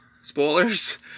Spoilers